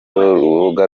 rubuga